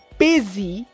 busy